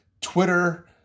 Twitter